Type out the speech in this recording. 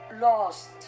lost